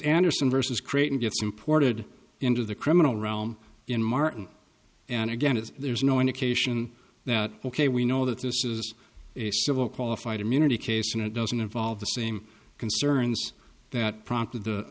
anderson versus creating gifs imported into the criminal realm in martin and again is there's no indication that ok we know that this is a civil qualified immunity case and it doesn't involve the same concerns that prompted the